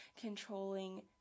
controlling